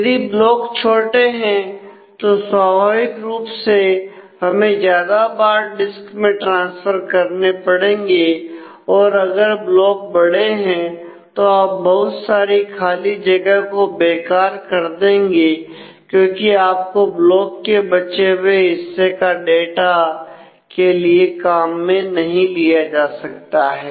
यदि ब्लॉक छोटे हैं तो स्वाभाविक रूप से हमें ज्यादा बार डिस्क में ट्रांसफर करने पड़ेंगे और अगर ब्लॉक बड़े हैं तो आप बहुत सारी खाली जगह को बेकार कर देंगे क्योंकि आपके ब्लॉक के बचे हुए हिस्से का डाटा के लिए काम में नहीं लिया जा सकता है